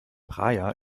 praia